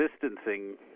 distancing